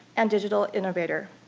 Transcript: and digital innovator.